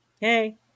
Hey